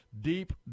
Deep